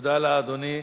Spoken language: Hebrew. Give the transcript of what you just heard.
תודה לאדוני.